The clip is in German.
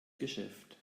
geschäft